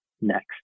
next